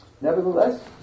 Nevertheless